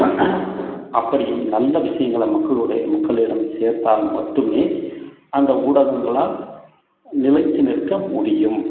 அப்படியும் நல்ல விஷயங்களை மக்களுடைய மக்களிடம் சேர்த்தால் மட்டுமே அந்த ஊடகங்களால் நிலைத்து நிற்க முடியும்